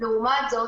לעומת זאת,